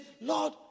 lord